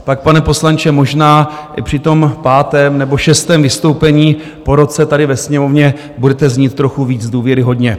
Pak, pane poslanče, možná i při tom pátém nebo šestém vystoupení po roce tady ve Sněmovně budete znít trochu víc důvěryhodně.